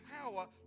power